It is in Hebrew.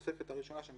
על בסיס התעודות האלה.